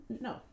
No